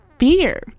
Fear